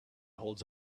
holds